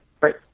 Right